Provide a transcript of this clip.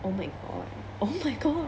oh my god oh my god